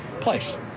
place